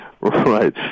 right